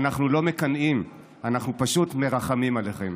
אנחנו לא מקנאים, אנחנו פשוט מרחמים עליכם.